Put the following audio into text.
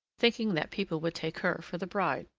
thinking that people would take her for the bride.